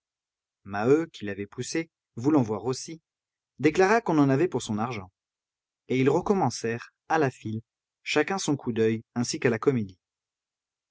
maheu qui l'avait poussée voulant voir aussi déclara qu'on en avait pour son argent et ils recommencèrent à la file chacun son coup d'oeil ainsi qu'à la comédie